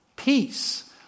Peace